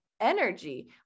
energy